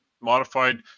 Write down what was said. modified